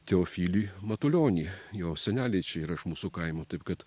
teofilį matulionį jo seneliai čia yra iš mūsų kaimo taip kad